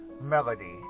melody